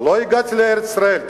לא הגעתי לארץ-ישראל,